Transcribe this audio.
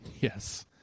Yes